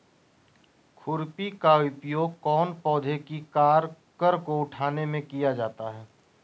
खुरपी का उपयोग कौन पौधे की कर को उठाने में किया जाता है?